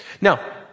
Now